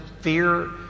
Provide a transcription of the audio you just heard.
fear